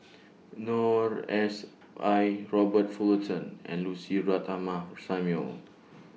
Noor S I Robert Fullerton and Lucy Ratnammah Samuel